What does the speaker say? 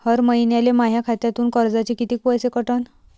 हर महिन्याले माह्या खात्यातून कर्जाचे कितीक पैसे कटन?